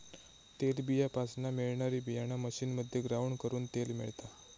तेलबीयापासना मिळणारी बीयाणा मशीनमध्ये ग्राउंड करून तेल मिळता